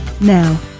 Now